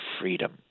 freedom